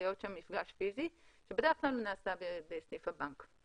להיות שם מפגש פיזי שבדרך כלל הוא נעשה בסניף הבנק.